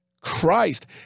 Christ